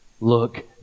Look